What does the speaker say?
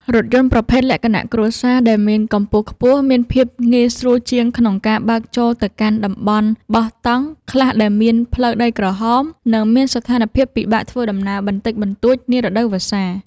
រថយន្តប្រភេទលក្ខណៈគ្រួសារដែលមានកម្ពស់ខ្ពស់មានភាពងាយស្រួលជាងក្នុងការបើកចូលទៅកាន់តំបន់បោះតង់ខ្លះដែលមានផ្លូវដីក្រហម និង មានស្ថានភាពពិបាកធ្វើដំណើរបន្តិចបន្តួចនារដូវវស្សា។